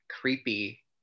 creepy